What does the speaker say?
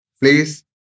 Please